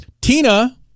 Tina